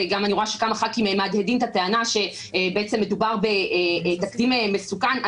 ואני גם רואה שכמה ח"כים מהדהדים את הטענה שבעצם מדובר בתקדים מסוכן.